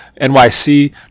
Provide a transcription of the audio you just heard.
nyc